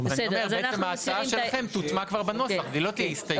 ואז ההצעה שלכם כבר תוטמע בנוסח; היא לא תהיה הסתייגות.